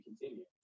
continue